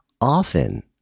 often